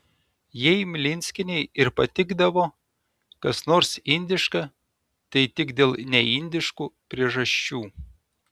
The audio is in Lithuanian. jei mlinskienei ir patikdavo kas nors indiška tai tik dėl neindiškų priežasčių